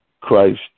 Christ